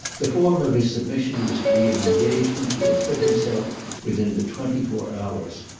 the form of his submission was to be an engagement to acquit himself within the twenty-four hours.